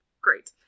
Great